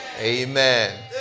Amen